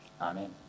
Amen